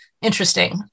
interesting